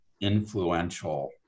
influential